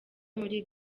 muri